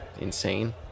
insane